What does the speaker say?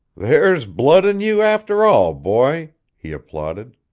there's blood in you, after all, boy, he applauded.